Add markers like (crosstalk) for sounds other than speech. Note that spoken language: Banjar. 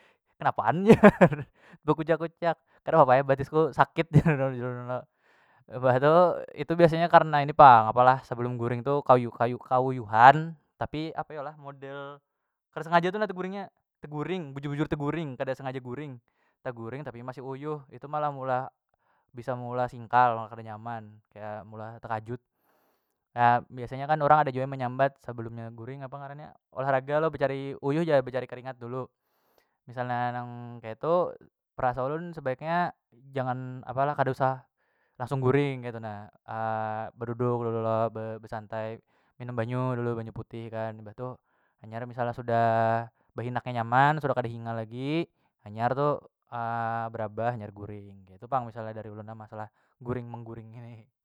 Kenapa an (laughs) bekuciak- kuciak kada papa ai batis ku sakit (unintelligible) jar ulun lo mbah tu itu biasanya karna ini pang apalah sebelum guring tu kayu kayu kauyuhan tapi apa yo lah model kada sengaja tu na teguring nya teguring bujur- bujur teguring kada sengaja guring teguring tapi masih uyuh itu malah meulah bisa meulah singkal pang kada nyaman kea meulah tekajut na biasanya kan urang ada jua menyambat sebelumnya guring apa ngarannya olahraga lo becari uyuh jar becari keringat dulu misalnya nang keitu perasa ulun sebaiknya jangan apalah kada usah langsung guring ketu na (hesitation) beduduk dulu lo besantai minum banyu dulu banyu putih kan mbah tu hanyar misalnya sudah behinaknya nyaman sudah kada hinga lagi hanyar tu (hesitation) berabah hanyar guring ketu pang misal nya dari ulun lah masalah guring mengguring ni.